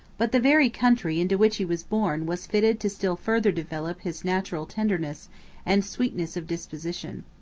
but the very country into which he was born was fitted to still further develop his natural tenderness and sweetness of disposition.